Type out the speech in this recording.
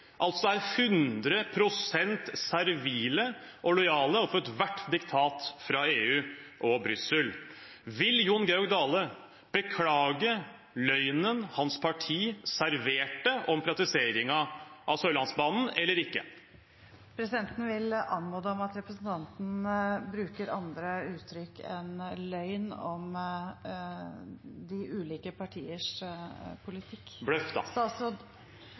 er 100 pst. servile og lojale overfor ethvert diktat fra EU og Brussel. Vil Jon Georg Dale beklage løgnen hans parti serverte om privatiseringen av Sørlandsbanen, eller ikke? Presidenten vil anmode om at representanten bruker andre uttrykk enn «løgn» om de ulike partiers politikk.